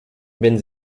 wenn